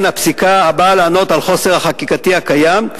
הפסיקה הבאה לענות על החוסר החקיקתי הקיים,